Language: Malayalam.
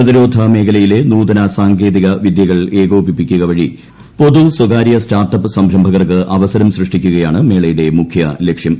പ്രതിരോധ മേഖലയിലെ നൂതന സാങ്കേതിക വിദൃകൾ ഏകോപിപ്പിക്കുക വഴി പൊതു സ്വകാര്യ സ്റ്റാർട്ടപ്പ് സംരംഭകർക്ക് അവസരം സൃഷ്ടിക്കുകയാണ് മേളയുടെ മുഖ്യ ലക്ഷ്യം